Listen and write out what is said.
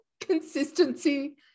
Consistency